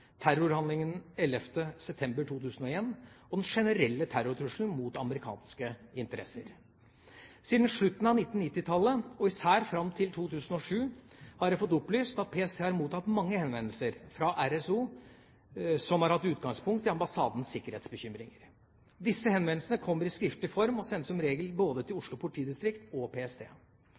september 2001 og den generelle terrortrusselen mot amerikanske interesser. Siden slutten av 1990-tallet – og især fram til 2007 – har jeg fått opplyst at PST har mottatt mange henvendelser fra RSO som har hatt utgangspunkt i ambassadens sikkerhetsbekymringer. Disse henvendelsene kommer i skriftlig form, og sendes som regel både til Oslo politidistrikt og PST.